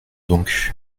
donc